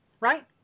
right